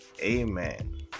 Amen